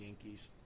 Yankees